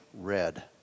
red